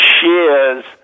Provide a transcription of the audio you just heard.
shares